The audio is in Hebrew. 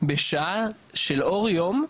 בשעה של אור יום,